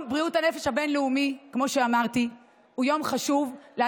מדובר בהצלת נפשות", והחוק הזה הוא באמת חשוב.